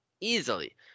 easily